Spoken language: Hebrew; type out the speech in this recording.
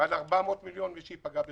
ועד 400 מיליון למי שייפגע ב-80%.